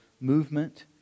movement